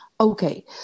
Okay